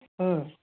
ꯎꯝ